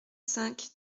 cinq